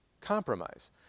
compromise